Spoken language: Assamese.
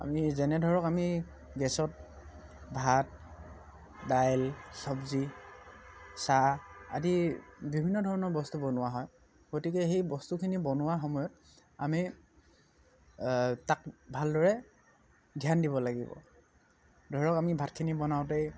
আমি যেনে ধৰক আমি গেছত ভাত দাইল চব্জি চাহ আদি বিভিন্ন ধৰণৰ বস্তু বনোৱা হয় গতিকে সেই বস্তুখিনি বনোৱা সময়ত আমি তাক ভালদৰে ধ্যান দিব লাগিব ধৰক আমি ভাতখিনি বনাওঁতেই